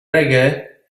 reggae